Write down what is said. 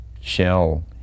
shell